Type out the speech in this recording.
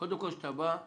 קודם כל שאתה בא,